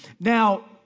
Now